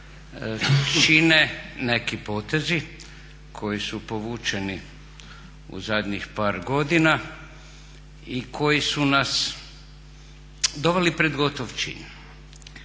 čine neki potezi koji su povučeni u zadnjih par godina i koji su nas doveli pred gotov čin.